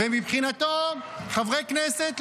ומבחינתו חברי כנסת,